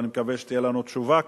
ואני מקווה שתהיה לנו תשובה כאן: